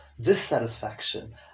dissatisfaction